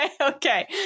okay